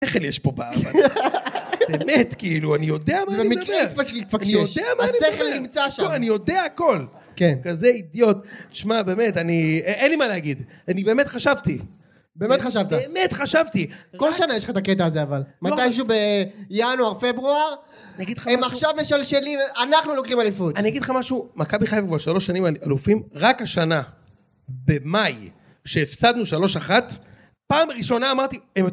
שכל יש פה בעבודה, באמת, כאילו, אני יודע מה אני מדבר. זה במקרה התפקשש יש. שאני יודע מה אני מדבר. השכל נמצא שם. לא, אני יודע הכל. כן. כזה אידיוט. תשמע, באמת, אני... אין לי מה להגיד. אני באמת חשבתי. באמת חשבת? באמת חשבתי. כל שנה יש לך את הקטע הזה, אבל. מתישהו בינואר, פברואר, הם עכשיו משלשלים, אנחנו לוקחים אלופים. אני אגיד לך משהו, מכבי חיפה כבר שלש שנים אלופים. רק השנה, במאי, שהפסדנו שלוש אחת, פעם ראשונה אמרתי...